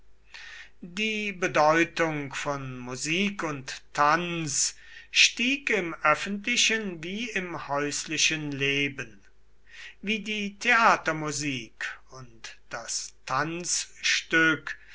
die bedeutung von musik und tanz stieg im öffentlichen wie im häuslichen leben wie die theatermusik und das tanzstück